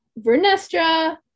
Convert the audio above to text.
Vernestra